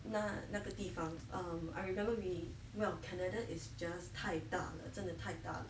那那个地方:nana ge di fang um I remember we well canada is just 太大了真的太大了:tai dale zhen de tai dale